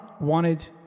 wanted